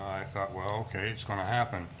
i thought well okay, it's going to happen.